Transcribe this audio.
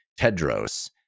Tedros